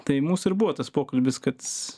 tai mūsų ir buvo tas pokalbis kad